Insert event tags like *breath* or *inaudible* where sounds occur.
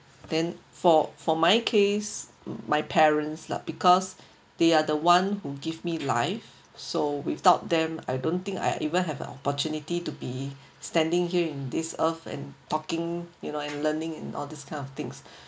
then for for my case my parents lah because *breath* they are the one who give me life so without them I don't think I even have an opportunity to be standing here in this earth and talking you know and learning and all this kind of things